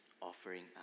Offering